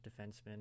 defenseman